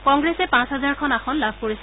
কংগ্ৰেছে পাঁচ হাজাৰখন আসন লাভ কৰিছে